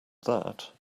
that